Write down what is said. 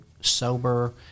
sober